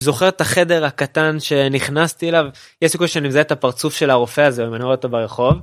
זוכר את החדר הקטן שנכנסתי אליו. יש סיכוי שאני מזהה את הפרצוף של הרופא הזה אם אני רואה אותו ברחוב.